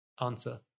Answer